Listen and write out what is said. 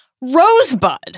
Rosebud